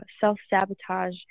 self-sabotage